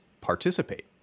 participate